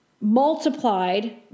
multiplied